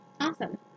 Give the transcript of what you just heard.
awesome